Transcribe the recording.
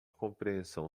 compreensão